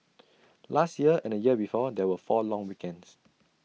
last year and the year before there were four long weekends